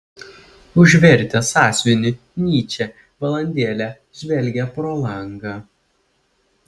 užvertęs sąsiuvinį nyčė valandėlę žvelgė pro langą